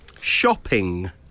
Shopping